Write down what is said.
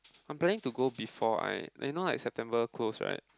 I planning to go before I you know it September close right